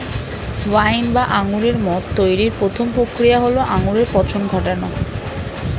wine বা আঙুরের মদ তৈরির প্রথম প্রক্রিয়া হল আঙুরে পচন ঘটানো